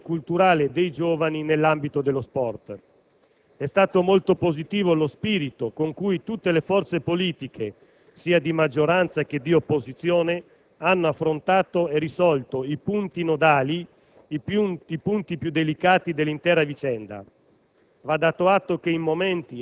soprattutto per l'esame degli aspetti sia di natura repressiva che di formazione culturale dei giovani nell'ambito dello sport*,* come pure molto positivo è stato lo spirito con cui tutte le forze politiche, sia di maggioranza che di opposizione, hanno affrontato e risolto i punti nodali,